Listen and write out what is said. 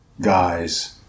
guys